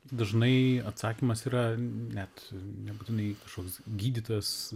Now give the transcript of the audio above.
dažnai atsakymas yra net nebūtinai kažkoks gydytojas